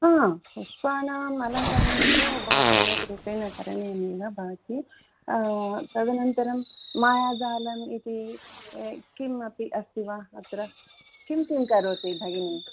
पुष्पाणां अलङ्करणं तु बहुसम्यक्रूपेण करणीयम् एव भवति तदनन्तरं मायाजालम् इति किम् अपि अस्ति वा अत्र किं किं करोति भगिनी